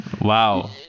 Wow